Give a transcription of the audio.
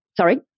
sorry